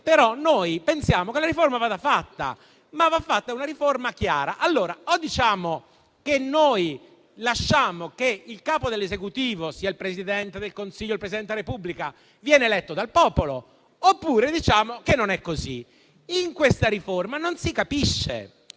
Noi pensiamo che la riforma vada fatta; ma va fatta una riforma chiara. Allora, o noi lasciamo che il capo dell'Esecutivo (sia il Presidente del Consiglio o il Presidente della Repubblica) venga eletto dal popolo, oppure diciamo che non è così. In questa riforma non si capisce.